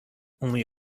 only